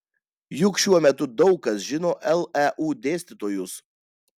juk šiuo metu daug kas žino leu dėstytojus